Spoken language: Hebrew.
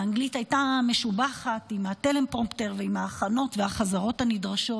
האנגלית הייתה משובחת עם הטלפרומפטר ועם ההכנות והחזרות הנדרשות,